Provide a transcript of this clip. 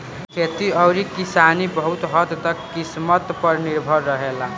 खेती अउरी किसानी बहुत हद्द तक किस्मत पर निर्भर रहेला